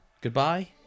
goodbye